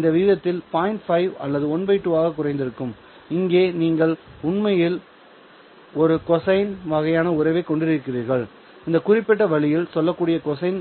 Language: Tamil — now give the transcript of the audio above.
5 அல்லது 12 ஆக குறைந்திருக்கும் இங்கே நீங்கள் உண்மையில் ஒரு கொசைன் வகையான உறவைக் கொண்டிருக்கிறீர்கள் இந்த குறிப்பிட்ட வழியில் செல்லக்கூடிய கொசைன்